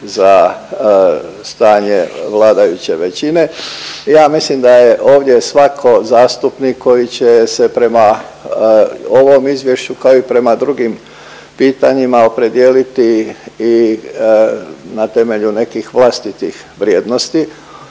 za stanje vladajuće većine. Ja mislim da je ovdje svatko zastupnik koji će se prema ovom izvješću kao i prema drugim pitanjima opredijeliti i na temelju nekih vlastitih vrijednosti.